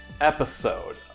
episode